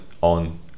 on